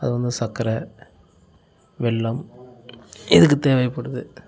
அது வந்து சக்கரை வெல்லம் இதுக்கு தேவைப்படுது